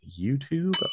youtube